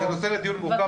זה נושא לדיון מורכב,